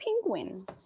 penguin